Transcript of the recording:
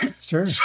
Sure